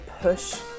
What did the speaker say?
push